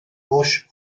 rouge